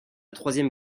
troisième